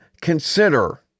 consider